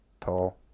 tall